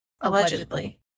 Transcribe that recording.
Allegedly